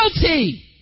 guilty